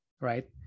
right